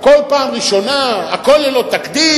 הכול פעם ראשונה, הכול ללא תקדים,